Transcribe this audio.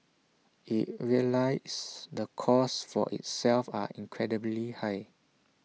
IT realises the costs for itself are incredibly high